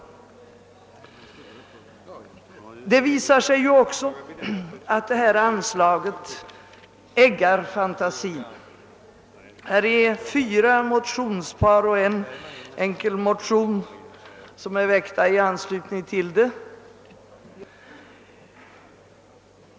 Det visar sig också att det här anslaget eggar fantasin. Fyra motionspar och en enkel motion har väckts i anslutning till anslagsäskandet.